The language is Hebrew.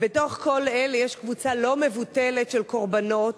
ובתוך כל אלה יש קבוצה לא מבוטלת של קורבנות,